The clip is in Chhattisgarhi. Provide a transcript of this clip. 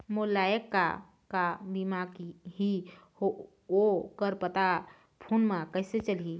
मोर लायक का का बीमा ही ओ कर पता फ़ोन म कइसे चलही?